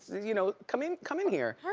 you know, come in come in here.